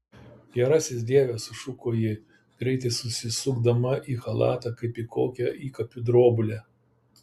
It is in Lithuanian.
gerasis dieve sušuko ji greitai susisukdama į chalatą kaip į kokią įkapių drobulę